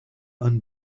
and